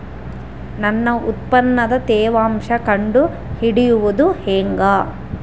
ನನ್ನ ಉತ್ಪನ್ನದ ತೇವಾಂಶ ಕಂಡು ಹಿಡಿಯುವುದು ಹೇಗೆ?